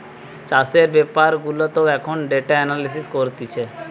চাষের বেপার গুলাতেও এখন ডেটা এনালিসিস করতিছে